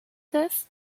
this